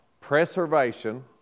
preservation